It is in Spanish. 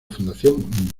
fundación